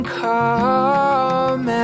come